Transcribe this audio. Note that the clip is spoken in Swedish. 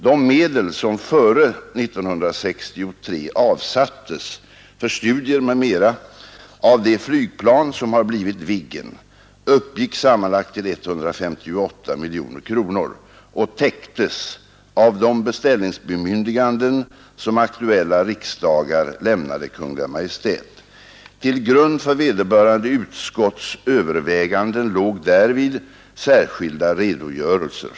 De medel som före 1963 avsattes för studier m.m. av det flygplan som har blivit Viggen uppgick sammanlagt till 158 miljoner kronor och täcktes av de beställningsbemyndiganden som aktuella riksdagar lämnade Kungl. Maj:t. Till grund för vederbörande utskotts överväganden låg därvid särskilda redogörelser.